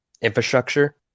infrastructure